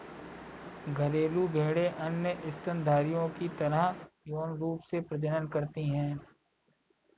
घरेलू भेड़ें अन्य स्तनधारियों की तरह यौन रूप से प्रजनन करती हैं